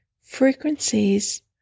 Frequencies